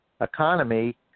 economy